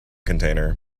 container